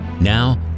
Now